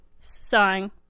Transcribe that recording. song